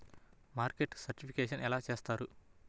Market certification ఎలా చేస్తారు?